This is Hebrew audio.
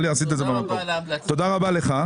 תודה רבה לך.